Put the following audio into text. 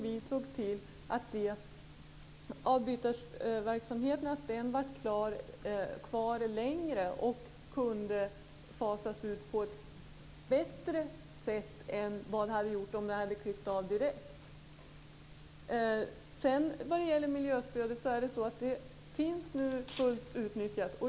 Vi såg till att avbytarverksamheten fanns kvar längre och att den kunde fasas ut på ett bättre sätt än vad som hade skett om vi hade klippt av direkt. Miljöstödet utnyttjas nu till fullo.